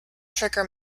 trigger